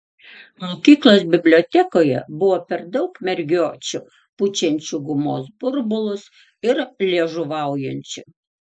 mokyklos bibliotekoje buvo per daug mergiočių pučiančių gumos burbulus ir liežuvaujančių